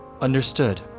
Understood